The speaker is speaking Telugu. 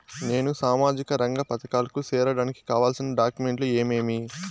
నేను సామాజిక రంగ పథకాలకు సేరడానికి కావాల్సిన డాక్యుమెంట్లు ఏమేమీ?